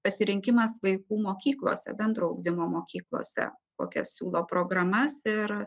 pasirinkimas vaikų mokyklose bendro ugdymo mokyklose kokias siūlo programas ir